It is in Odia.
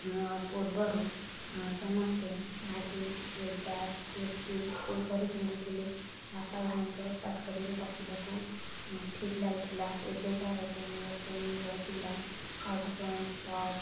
ପୂର୍ବରୁ ସମସ୍ତେ ଶାଢ଼ୀ ଚୁଡ଼ିଦାର କୁର୍ତ୍ତୀ ଏହିପରି ପିନ୍ଧୁଥିଲେ ବାପା ଭାଈଙ୍କ ପାଖରେ ବସିବାକୁ ଠିକ୍ ଲାଗୁଥିଲା ଏବେକାର ଜେନେରେସନ୍ ପିଲା ହଟ୍ ପ୍ୟାଣ୍ଟ ଟପ୍ସ